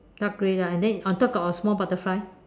dark grey lah and then on top got a small butterfly